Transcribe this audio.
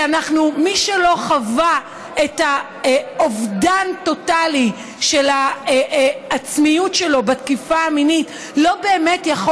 מי שלא חווה אובדן טוטלי של העצמיות שלו בתקיפה המינית לא באמת יכול